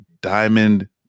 diamond